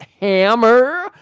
Hammer